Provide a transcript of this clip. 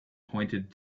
pointed